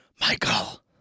Michael